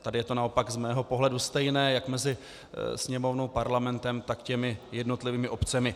Tady je to naopak z mého pohledu stejné jak mezi Sněmovnou, Parlamentem, tak jednotlivými obcemi.